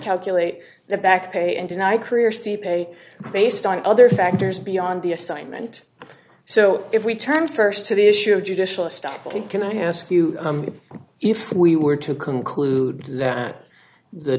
calculate the back pay and deny career c pay based on other factors beyond the assignment so if we turn first to the issue of judicial stock can i ask you if we were to conclude that the